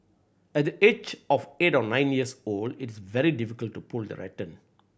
at the age of eight or nine years old it was very difficult to pull the rattan